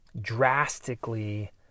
Drastically